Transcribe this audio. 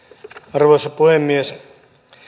arvoisa puhemies